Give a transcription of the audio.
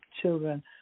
children